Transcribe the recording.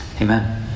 Amen